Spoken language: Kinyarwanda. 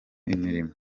imirimo